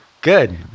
Good